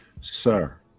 sir